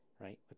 right